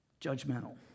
Judgmental